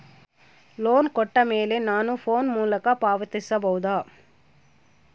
Loan ಕೊಟ್ಟ ಮೇಲೆ ನಾನು ಫೋನ್ ಮೂಲಕ ಪಾವತಿಸಬಹುದಾ?